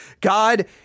God